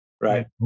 Right